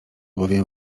bowiem